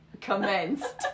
commenced